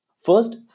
First